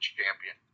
champion